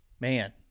man